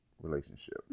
Relationship